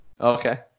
Okay